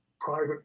private